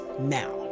now